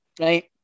right